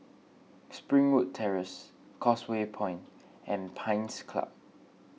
Springwood Terrace Causeway Point and Pines Club